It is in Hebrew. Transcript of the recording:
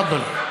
תפדלו.